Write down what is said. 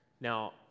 Now